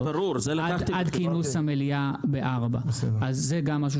ביום ראשון עד כינוס המליאה בשעה 16:00. זה ברור.